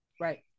Right